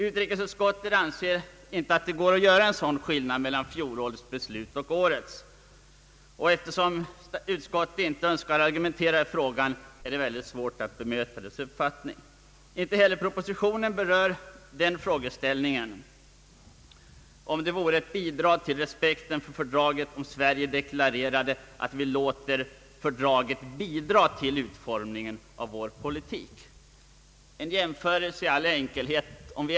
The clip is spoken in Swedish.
Utrikesutskottet anser att någon sådan skillnad mellan fjolårets och årets beslut inte kan göras, och eftersom utskottet inte önskar argumentera i frågan är denna uppfattning svår att bemöta. Inte heller propositionen berör frågan om det vore ett bidrag till respekten för fördraget om Sverige deklarerade att vi låter fördraget bidraga till utformningen av vår politik. Låt mig i all enkelhet göra en jämförelse!